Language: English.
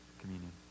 communion